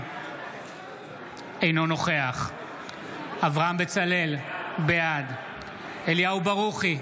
אינו נוכח אברהם בצלאל, בעד אליהו ברוכי,